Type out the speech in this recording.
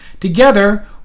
together